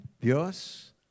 Dios